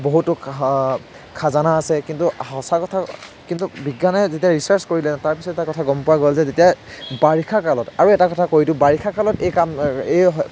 বহুতো খা খাজানা আছে কিন্তু সঁচা কথা কিন্তু বিজ্ঞানে যেতিয়া ৰিচাৰ্ছ কৰিলে তাৰ পিছত এটা কথা গম পোৱা গ'ল যে যেতিয়া বাৰিষা কালত আৰু এটা কথা কৈ দিওঁ বাৰিষা কালত এই কাম এই